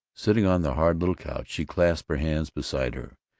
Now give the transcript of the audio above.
sitting on the hard little couch, she clasped her hands beside her,